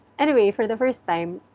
anyway, for the first time,